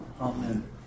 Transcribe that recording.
Amen